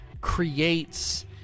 creates